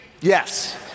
Yes